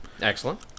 Excellent